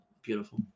Beautiful